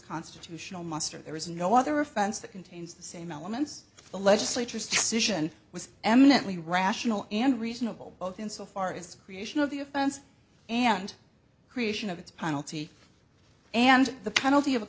constitutional muster there is no other offense that contains the same elements the legislature's decision was eminently rational and reasonable both insofar as creation of the offense and creation of its penalty and the penalty of a